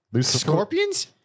Scorpions